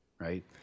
right